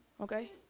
okay